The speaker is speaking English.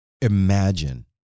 imagine